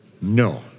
No